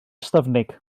ystyfnig